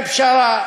כפשרה,